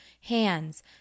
hands